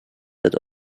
had